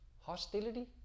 Hostility